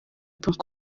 point